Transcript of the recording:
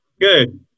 Good